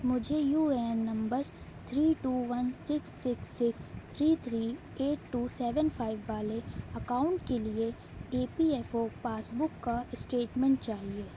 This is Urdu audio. مجھے U A N number three two one six six six three three eight two seven five والے اکاؤنٹ کے لیے E P F O passbook کا اسٹیٹمنٹ چاہیے